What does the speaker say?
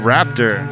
Raptor